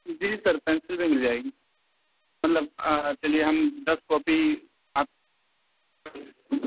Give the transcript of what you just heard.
جی sir pencil بھی مل جائے گی مطلب کے لیے ہم دس کاپی آپ